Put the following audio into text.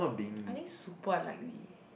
I think super unlikely